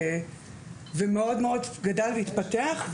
והוא מאוד מאוד גדל והתפתח.